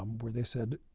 um where they said,